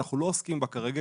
אנחנו לא עוסקים בה, כרגע.